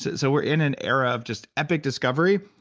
so we're in an era of just epic discovery,